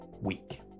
week